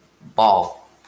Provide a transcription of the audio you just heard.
ball